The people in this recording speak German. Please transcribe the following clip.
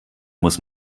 muss